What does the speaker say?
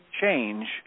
change